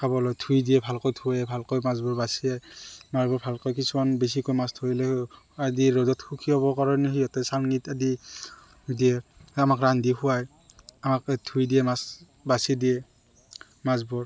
খাবলৈ ধুই দিয়ে ভালকৈ ধোৱে ভালকৈ মাছবোৰ বাচে মাছবোৰ ভালকৈ কিছুমান বেছিকৈ মাছ ধৰিলে আদি ৰ'দত সুকাবৰ কাৰণে সিহঁতে চালনীত আদি দিয়ে আমাক ৰান্ধি খুৱায় আমাক ধুই দিয়ে মাছ বাচি দিয়ে মাছবোৰ